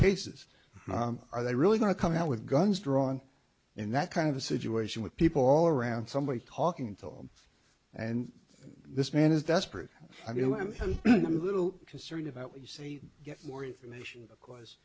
cases are they really going to come out with guns drawn in that kind of a situation with people all around somebody talking to them and this man is desperate i mean i'm a little concerned about what you say get more information because